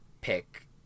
pick